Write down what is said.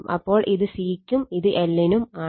അപ്പോൾ ഇത് C ക്കും ഇത് L നും ആണ്